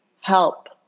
help